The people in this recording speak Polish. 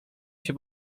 się